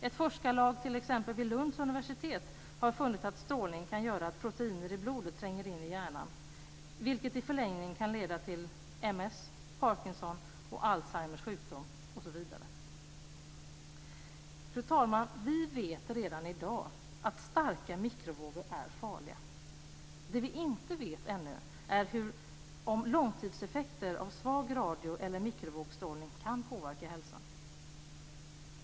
Ett forskarlag vid Lunds universitet har funnit att strålning kan göra att proteiner i blodet tränger in i hjärnan, vilket i förlängningen kan leda till MS, Parkinson, Alzheimers sjukdom osv. Fru talman! Vi vet redan i dag att starka mikrovågor är farliga. Det vi inte vet ännu är om långtidseffekter av svag radio eller mikrovågsstrålning kan påverka hälsan.